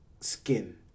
skin